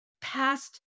past